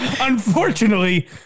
Unfortunately